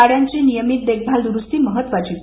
गाड्यांची नियमित देखभाल दुरूस्ती महत्वाचीच